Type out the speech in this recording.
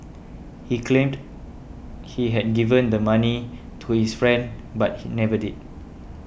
he claimed he had given the money to his friend but he never did